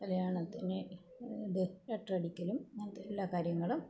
കല്യാണത്തിന് ഇത് ലെറ്റർ അടിക്കലും അങ്ങനത്തെ എല്ലാ കാര്യങ്ങളും